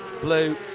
blue